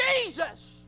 Jesus